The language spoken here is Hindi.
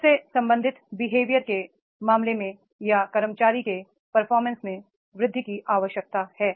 इससे संबंधित बिहेवियर के मामले में या कर्मचारी के परफॉर्मेंस में वृद्धि की आवश्यकता है